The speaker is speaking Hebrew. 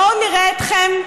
בואו נראה אתכם,